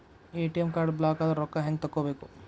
ATM card ಬ್ಲಾಕದ್ರ ರೊಕ್ಕಾ ಹೆಂಗ್ ತಕ್ಕೊಬೇಕು?